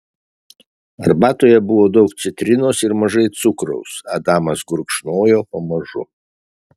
arbatoje buvo daug citrinos ir mažai cukraus adamas gurkšnojo pamažu